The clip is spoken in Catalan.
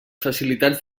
facilitats